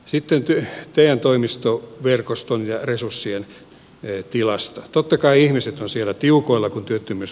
siten työehtojen toimisto verkoston resussien ei tilasta totta kai ihmiset siellä tiukoilla kun työttömyys